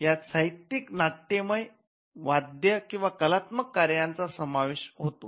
यात साहित्यिक नाट्यमय वाद्य किंवा कलात्मक कार्यायांचा समावेश होतो